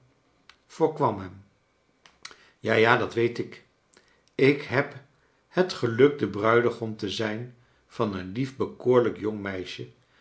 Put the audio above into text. ja ja dat weet ik fk heh het geluk de bruidegom te zijn van een lief bekoorlijk jong meisje